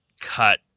cut